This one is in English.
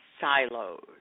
silos